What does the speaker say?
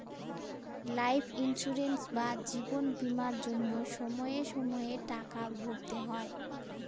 life insurance বা জীবন বীমার জন্য সময়ে সময়ে টাকা ভরতে হয়